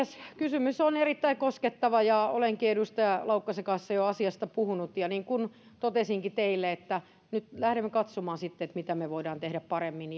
kysymys on erittäin koskettava ja olenkin edustaja laukkasen kanssa jo asiasta puhunut ja niin kuin totesinkin teille nyt lähdemme katsomaan mitä me voimme tehdä paremmin